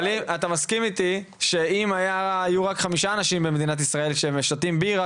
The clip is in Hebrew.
אבל אתה מסכים איתי שאם היו רק חמישה אנשים במדינת ישראל ששותים בירה,